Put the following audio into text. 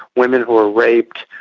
women who are raped,